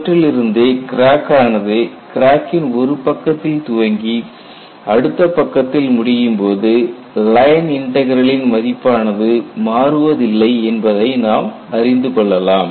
இவற்றிலிருந்து கிராக் ஆனது கிராக்கின் ஒரு பக்கத்தில் துவங்கி அடுத்த பக்கத்தில் முடியும்போது லைன் இன்டக்ரலின் மதிப்பானது மாறுவதில்லை என்பதை நாம் அறிந்து கொள்ளலாம்